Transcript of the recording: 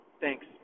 Thanks